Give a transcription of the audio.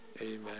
Amen